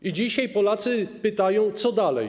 I dzisiaj Polacy pytają, co dalej.